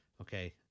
Okay